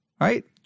right